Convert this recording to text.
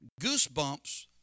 Goosebumps